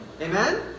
Amen